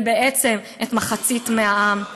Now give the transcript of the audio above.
ובעצם את מחצית מהעם.